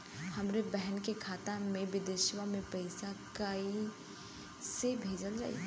हमरे बहन के खाता मे विदेशवा मे पैसा कई से भेजल जाई?